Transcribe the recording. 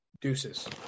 Deuces